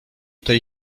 tej